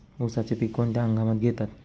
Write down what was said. उसाचे पीक कोणत्या हंगामात घेतात?